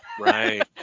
Right